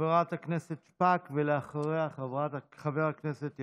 חברת הכנסת שפק, ואחריה, חבר הכנסת יברקן.